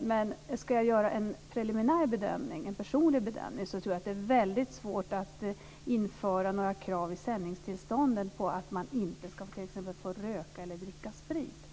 Men ska jag göra en preliminär personlig bedömning kan jag säga att jag tror att det är väldigt svårt att införa några krav i sändningstillstånden på att man t.ex. inte ska få röka eller dricka sprit.